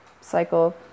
cycle